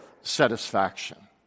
satisfaction